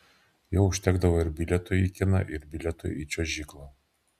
jo užtekdavo ir bilietui į kiną ir bilietui į čiuožyklą